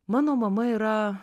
mano mama yra